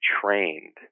trained